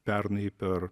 pernai per